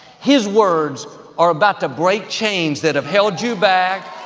his words are about to break chains that have held you back,